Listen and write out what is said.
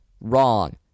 Wrong